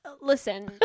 Listen